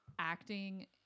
acting